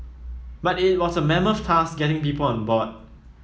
but it was a mammoth task getting people on board